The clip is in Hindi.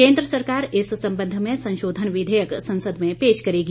केंद्र सरकार इस संबंध में संशोधन विधेयक संसद में पेश करेगी